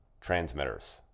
transmitters